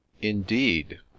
Indeed